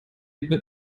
die